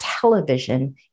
television